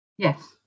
Yes